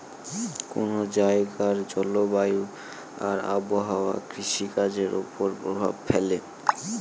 কোন জায়গার জলবায়ু আর আবহাওয়া কৃষিকাজের উপর প্রভাব ফেলে